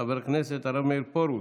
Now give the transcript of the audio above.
חבר הכנסת מאיר פרוש,